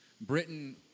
Britain